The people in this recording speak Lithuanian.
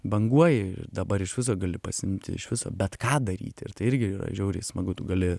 banguoji ir dabar iš viso gali pasiimti iš viso bet ką daryti ir tai irgi yra žiauriai smagu tu gali